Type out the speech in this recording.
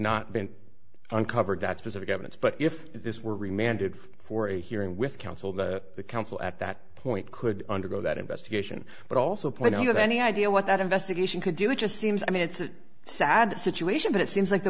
not been uncovered that specific evidence but if this were remanded for a hearing with counsel that counsel at that point could undergo that investigation but also point out you have any idea what that investigation could do it just seems i mean it's a sad situation but it seems like the